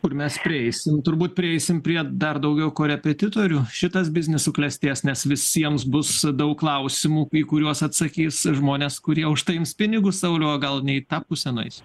kur mes prieisim turbūt prieisim prie dar daugiau korepetitorių šitas biznis suklestės nes visiems bus daug klausimų į kuriuos atsakys žmonės kurie už tai ims pinigus sauliau gal ne į tą pusę nueisim